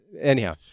Anyhow